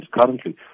currently